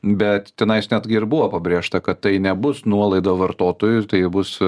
bet tenais netgi ir buvo pabrėžta kad tai nebus nuolaida vartotojui tai bus